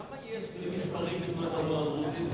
כמה יש במספרים בתנועת הנוער הדרוזית?